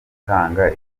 gutanga